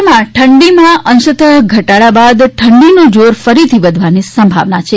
રાજ્યમાં ઠંડીમા અશંત ઘટાડા બાદ ઠંડીનું જોર ફરીથી વધવાની સંભાવના છે